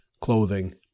clothing